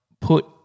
put